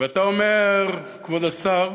ואתה אומר, כבוד השר,